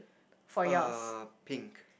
err pink